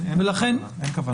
אין כוונה.